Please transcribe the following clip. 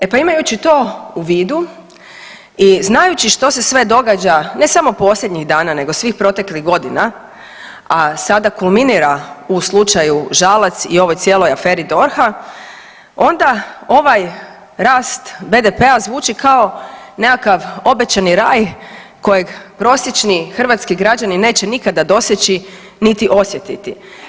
E pa imajući to u vidu i znajući što se sve događa ne samo posljednjih dana nego svih proteklih godina, a sada kulminira u slučaju Žalac i ovoj cijeloj aferi DORH-a onda ovaj rast BDP-a zvuči kao nekakav obećani raj kojeg prosječni hrvatski građani neće nikada doseći niti osjetiti.